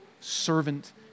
servant